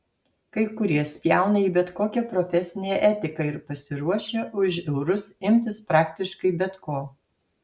kai kurie spjauna į bet kokią profesinę etiką ir pasiruošę už eurus imtis praktiškai bet ko